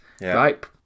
right